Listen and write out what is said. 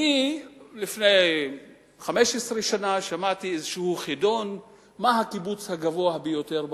לפני 15 שנה שמעתי באיזה חידון מה הקיבוץ הגבוה ביותר בעולם.